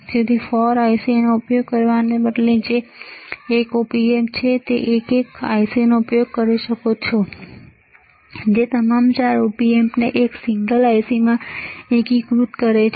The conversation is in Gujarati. તેથી 4 IC નો ઉપયોગ કરવાને બદલે જે એક op amp છે તમે એક એક IC ઉપયોગ કરી શકો છો જે તમામ 4 op amp એક સિંગલ ICમાં એકીકૃત છે